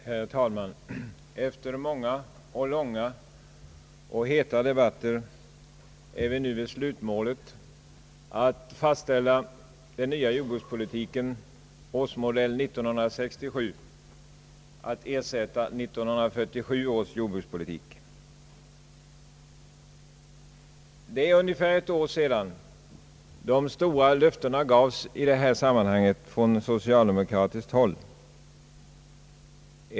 Herr talman! Efter många, långa och heta debatter står vi nu vid slutmålet att fastställa den nya jordbrukspolitiken årsmodell 1967 som skall ersätta 1947 års jordbrukspolitik. Det var för ungefär ett år sedan som de stora löftena gavs i detta sammanhang från socialdemokratiskt håll.